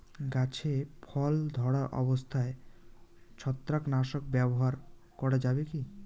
গাছে ফল ধরা অবস্থায় ছত্রাকনাশক ব্যবহার করা যাবে কী?